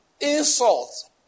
insult